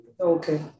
Okay